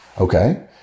okay